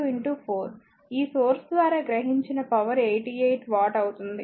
ఈ సోర్స్ ద్వారా గ్రహించిన పవర్ 88 వాట్ అవుతుంది